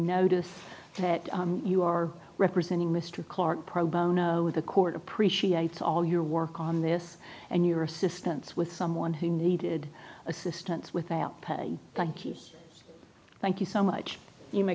notice that you are representing mr clarke pro bono the court appreciates all your work on this and your assistance with someone who needed assistance without pay thank you thank you so much you may